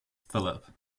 philippe